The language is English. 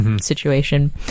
situation